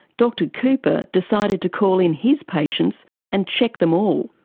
dr cooper decided to call in his patients and check them all.